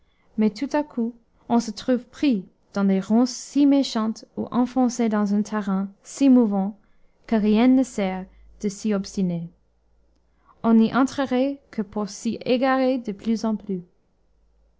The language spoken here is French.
mais tout à coup on se trouve pris dans des ronces si méchantes ou enfoncé dans un terrain si mouvant que rien ne sert de s'y obstiner on n'y entrerait que pour s'y égarer de plus en plus